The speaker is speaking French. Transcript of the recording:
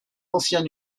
anciens